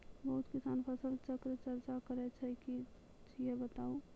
बहुत किसान फसल चक्रक चर्चा करै छै ई की छियै बताऊ?